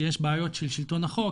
שיש בעיות של שלטון חוק,